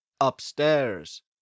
upstairs